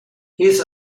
his